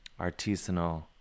artisanal